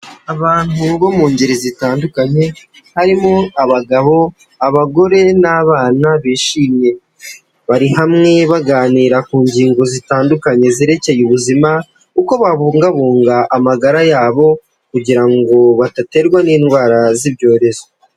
Abantu bo mu ngeri zitandukanye, harimo abagabo, abagore n'abana bishimye, bari hamwe baganira ku ngingo zitandukanye zerekeye ubuzima, uko babungabunga amagara yabo kugira ngo badaterwa n'indwara z'ibyorezo.